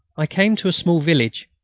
i came to a small village,